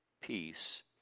peace